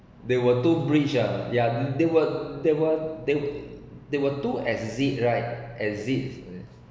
there were two bridge ah ya there were there were they they were two exit right exit